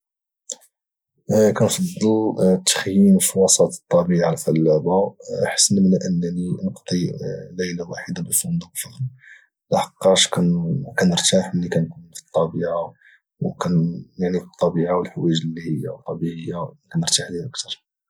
كنفضل تخييم في وسط الطبيعه الخلابه حسن من انني نقضي الليله واحده في فندق فخم لحقاش كانرتاح ملي كانكون في الطبيعه والحوايج اللي طبيعيه كانرتاح لها اكثر